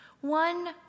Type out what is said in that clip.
one